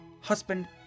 husband